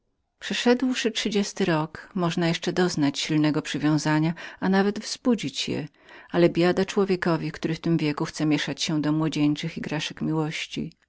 zapełnić przeszedłszy trzydziesty rok można jeszcze doznać silnego przywiązania a nawet wzbudzić go ale biada człowiekowi który w tym wieku chce mieszać się do młodzieńczych igraszek miłości